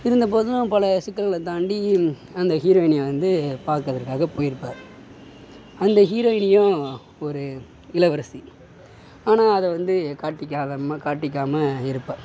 இருந்தபோதும் பல சிக்கல்களை தாண்டி அந்த ஹீரோயினியை வந்து பாக்கறதற்காக போயிருப்பார் அந்த ஹீரோயினியும் ஒரு இளவரசி ஆனால் அதை வந்து காட்டிக்காதம்ம காட்டிக்காமல் இருப்பார்